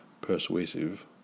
persuasive